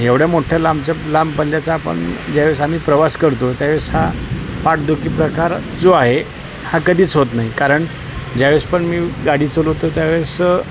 एवढ्या मोठ्या लांबच्या लांब पल्ल्याचा ज्या वेळेस आम्ही प्रवास करतो त्या वेळेस हा पाठदुखी प्रकार जो आहे हा कधीच होत नाही कारण ज्या वेळेस पण मी गाडी चालवतो त्या वेळेस